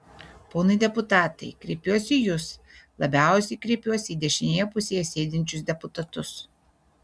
ponai deputatai kreipiuosi į jus labiausiai kreipiuosi į dešinėje pusėje sėdinčius deputatus